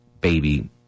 baby